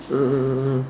um